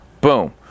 boom